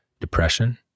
depression